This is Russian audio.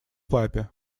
папе